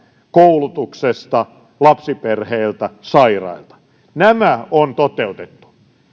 koulutuksesta lapsiperheiltä sairailta nämä on toteutettu